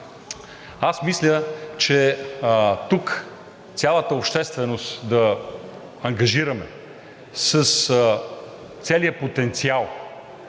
Аз мисля, че тук цялата общественост да ангажираме с целия потенциал,